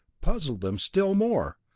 puzzled them still more.